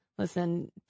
Listen